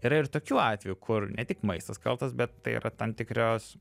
yra ir tokių atvejų kur ne tik maistas kaltas bet tai yra tam tikros